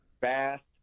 fast